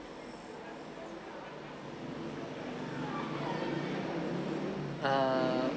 err